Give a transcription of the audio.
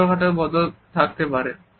ছোটখাটো বদল থাকতে পারে